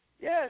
Yes